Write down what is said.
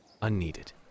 Unneeded